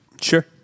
sure